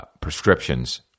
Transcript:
prescriptions